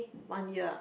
one year ah